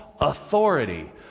authority